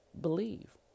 believe